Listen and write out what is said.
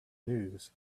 news